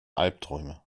albträume